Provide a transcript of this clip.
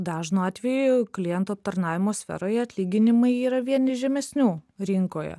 dažnu atveju kliento aptarnavimo sferoje atlyginimai yra vieni žemesnių rinkoje